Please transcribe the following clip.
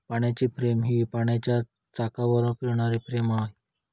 पाण्याची फ्रेम ही पाण्याच्या चाकावर फिरणारी फ्रेम आहे